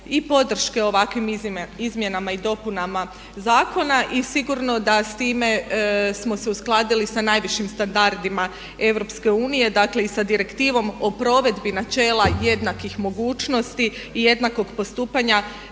i podrške ovakvim izmjenama i dopunama zakona i sigurno da s time smo se uskladili sa najvišim standardima EU, dakle i sa Direktivom o provedbi načela jednakih mogućnosti i jednakog postupanja